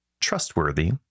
trustworthy